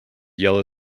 yellow